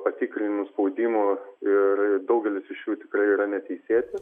patikrinimų spaudimo ir daugelis iš jų tikrai yra neteisėti